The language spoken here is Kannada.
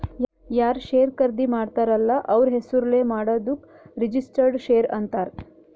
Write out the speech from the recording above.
ಯಾರ್ ಶೇರ್ ಖರ್ದಿ ಮಾಡ್ತಾರ ಅಲ್ಲ ಅವ್ರ ಹೆಸುರ್ಲೇ ಮಾಡಾದುಕ್ ರಿಜಿಸ್ಟರ್ಡ್ ಶೇರ್ ಅಂತಾರ್